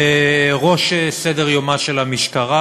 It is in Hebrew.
בראש סדר-יומה של המשטרה,